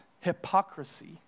hypocrisy